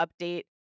update